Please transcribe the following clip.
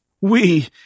We